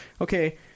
okay